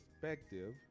perspective